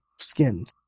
skins